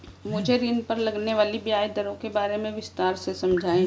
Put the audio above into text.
मुझे ऋण पर लगने वाली ब्याज दरों के बारे में विस्तार से समझाएं